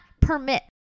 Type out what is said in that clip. permit